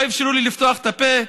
לא אפשרו לי לפתוח את הפה.